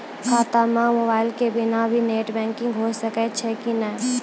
खाता म मोबाइल के बिना भी नेट बैंकिग होय सकैय छै कि नै?